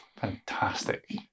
Fantastic